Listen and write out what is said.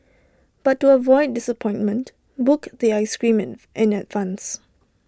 but to avoid disappointment book the Ice Cream in in advance